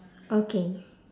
okay